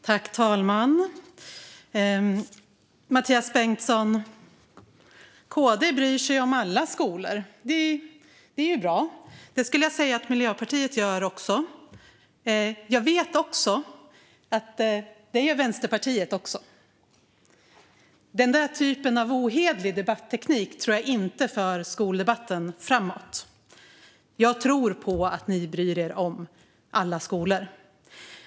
Herr talman! Mathias Bengtsson säger att KD bryr sig om alla skolor. Det är bra. Det gör Miljöpartiet också. Jag vet också att även Vänsterpartiet gör det. Den typen av ohederlig debatteknik tror jag inte för skoldebatten framåt, Mathias Bengtsson. Jag tror på att ni bryr er om alla skolor.